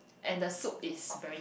and the soup is very